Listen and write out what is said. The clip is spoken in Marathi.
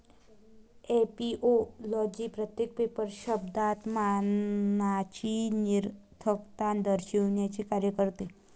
ऍपिओलॉजी प्रत्येक पेपर शब्दात मनाची निरर्थकता दर्शविण्याचे कार्य करते